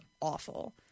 awful